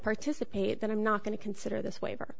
participate then i'm not going to consider this waiver